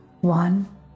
One